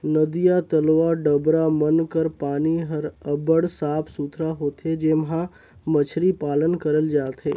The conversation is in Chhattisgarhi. नदिया, तलवा, डबरा मन कर पानी हर अब्बड़ साफ सुथरा होथे जेम्हां मछरी पालन करल जाथे